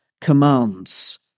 commands